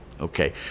Okay